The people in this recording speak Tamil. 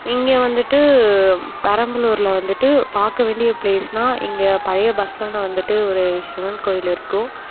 இங்கே வந்துட்டு பெரம்பலூரில் வந்துட்டு பார்க்க வேண்டிய ப்ளேஸ்னால் இங்கே பழைய பஸ் ஸ்டாண்ட்டு வந்துட்டு ஒரு சிவன் கோயில் இருக்கும்